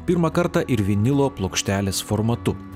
pirmą kartą ir vinilo plokštelės formatu